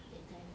that kind